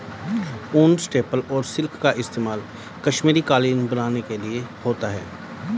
ऊन, स्टेपल और सिल्क का इस्तेमाल कश्मीरी कालीन बनाने के लिए होता है